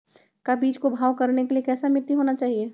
का बीज को भाव करने के लिए कैसा मिट्टी होना चाहिए?